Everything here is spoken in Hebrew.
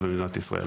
במדינת ישראל,